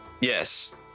yes